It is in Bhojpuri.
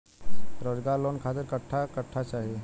रोजगार लोन खातिर कट्ठा कट्ठा चाहीं?